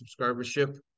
subscribership